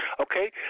Okay